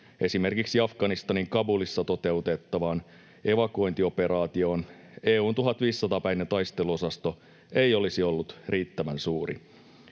Esimerkiksi Afganistanin Kabulissa toteutettavaan evakuointioperaatioon EU:n 1 500-päinen taisteluosasto ei olisi ollut riittävän suuri.